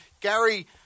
Gary